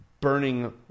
burning